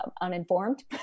uninformed